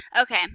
Okay